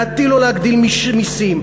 להטיל או להגדיל מסים.